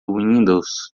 windows